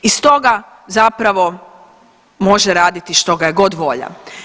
I stoga zapravo može raditi što ga je god volja.